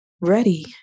ready